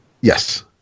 Yes